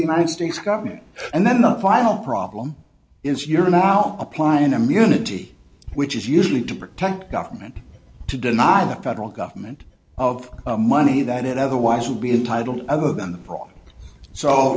the united states government and then the final problem is you're now apply an immunity which is usually to protect government to deny the federal government of money that it otherwise would be entitled other than the pro